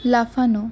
লাফানো